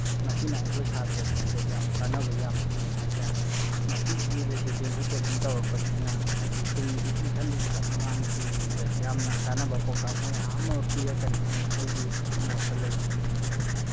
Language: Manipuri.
ꯃꯁꯤꯅ ꯑꯩꯈꯣꯏ ꯁꯥꯇ꯭ꯔꯁꯤꯡꯗ ꯌꯥꯝ ꯀꯥꯅꯕ ꯌꯥꯝ ꯄꯤ ꯍꯥꯏꯕ ꯇꯥꯔꯦ ꯃꯁꯤꯒꯤ ꯔꯦꯁꯤꯗꯦꯟꯁꯦꯜ ꯀꯣꯆꯤꯡ ꯇꯧꯔꯛꯄꯁꯤꯅ ꯍꯥꯏꯕꯗꯤ ꯇꯨꯡꯒꯤ ꯏꯪꯈꯠꯂꯛꯂꯤꯕ ꯑꯉꯥꯡꯁꯤꯡꯗ ꯌꯥꯝꯅ ꯀꯥꯅꯕ ꯄꯥꯎꯇꯥꯛ ꯃꯌꯥꯝ ꯑꯃ ꯄꯤꯔꯛꯀꯅꯤ ꯍꯥꯏꯅ ꯑꯩꯒꯤ ꯃꯣꯠꯇ ꯂꯩꯖꯩ